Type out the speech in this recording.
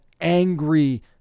angry